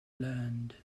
learned